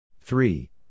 three